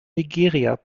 nigeria